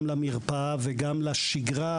גם למרפאה וגם לשגרה,